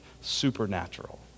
supernatural